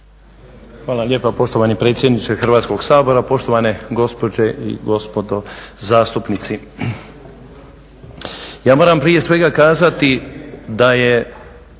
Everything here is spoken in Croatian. Hvala lijepa poštovani predsjedniče Hrvatskoga sabora, poštovane gospođe i gospodo zastupnici. Ja moram prije svega kazati da je